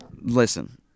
listen